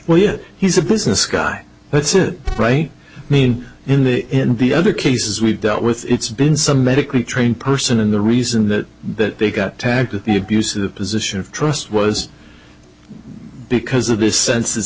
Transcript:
well yet he's a business guy that's it right i mean in the in the other cases we've dealt with it's been some medically trained person and the reason that they got tagged with the abuse of the position of trust was because of this sense that